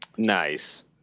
Nice